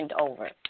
over